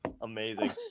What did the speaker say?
amazing